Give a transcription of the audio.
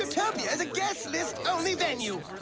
utopia is a guest list only venue